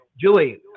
Julie